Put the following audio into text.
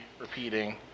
repeating